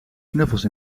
knuffels